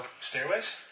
stairways